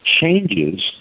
changes